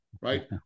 right